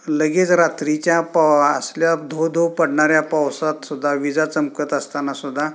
लगेच रात्रीच्या प असल्या धो धो पडणाऱ्या पावसात सुद्धा विजा चमकत असताना सुद्धा